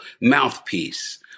mouthpiece